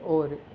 और